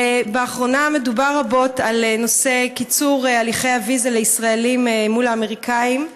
לאחרונה מדובר רבות בנושא קיצור הליכי הוויזה לישראלים מול האמריקנים,